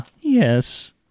Yes